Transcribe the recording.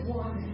one